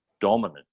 dominant